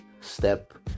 step